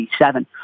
1987